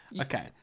Okay